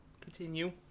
Continue